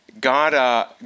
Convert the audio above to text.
God